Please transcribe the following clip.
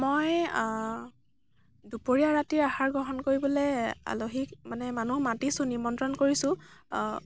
মই দুপৰীয়া ৰাতিৰ আহাৰ গ্ৰহণ কৰিবলৈ আলহীক মানে মানুহ মাতিছোঁ নিমন্ত্ৰণ কৰিছোঁ